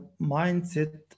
mindset